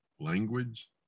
language